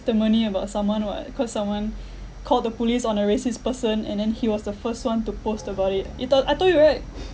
testimony about someone [what] cause someone called the police on a racist person and then he was the first one to post about it it told I told you right